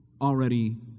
already